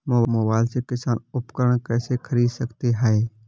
Mobile से किसान उपकरण कैसे ख़रीद सकते है?